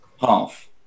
half